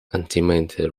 ultimately